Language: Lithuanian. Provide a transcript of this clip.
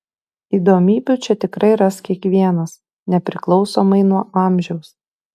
įdomybių čia tikrai ras kiekvienas nepriklausomai nuo amžiaus